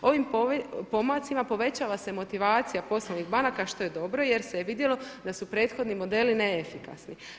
Ovim pomacima povećava se motivacija poslovnih banaka što je dobro jer se je vidjelo da su prethodni modeli neefikasni.